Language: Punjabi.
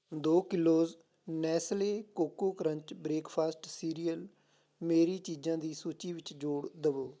ਦੋ kilos Nestle Koko Krunch breakfast cereal ਮੇਰੀ ਚੀਜ਼ਾਂ ਦੀ ਸੂਚੀ ਵਿੱਚ ਜੋੜ ਦਵੋ